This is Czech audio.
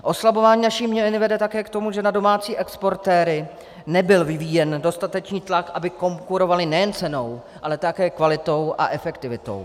Oslabování naší měny vede také k tomu, že na domácí exportéry nebyl vyvíjen dostatečný tlak, aby konkurovali nejen cenou, ale také kvalitou a efektivitou.